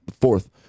fourth